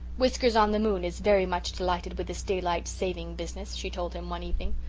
whiskers-on-the-moon is very much delighted with this daylight saving business, she told him one evening.